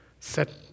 Set